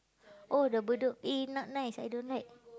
oh the Bedok eh not nice I don't like